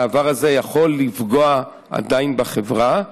והעבר הזה יכול עדיין לפגוע בחברה,